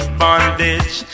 bondage